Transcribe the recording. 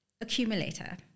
Accumulator